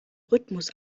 rhythmus